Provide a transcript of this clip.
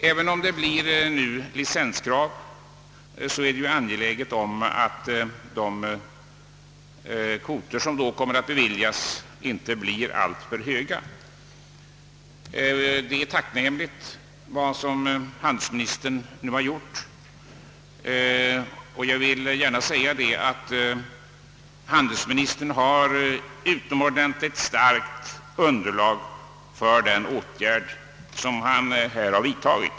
även om det nu kommer att krävas licenser, är det angeläget att kvoterna inte blir för stora. Vad handelsministern i detta sammanhang har gjort är emellertid tacknämligt, och jag vill gärna säga att handelsministern har ett utomordentligt starkt underlag för den åtgärd han har vidtagit.